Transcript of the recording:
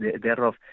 thereof